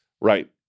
Right